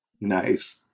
Nice